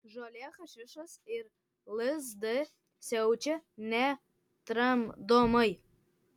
žolė hašišas ir lsd siaučia netramdomai